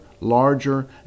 larger